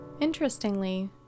Interestingly